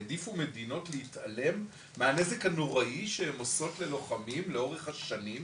העדיפו מדינות להתעלם מהנזק הנוראי שהן עושות ללוחמים לאורך השנים,